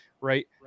right